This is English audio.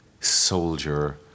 soldier